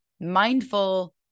mindful